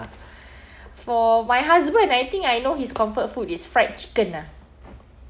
for my husband I think I know his comfort food is fried chicken ah